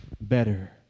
better